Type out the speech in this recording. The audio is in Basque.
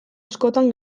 askotan